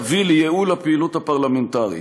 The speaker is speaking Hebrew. יביא לייעול הפעילות הפרלמנטרית.